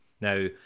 Now